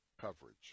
coverage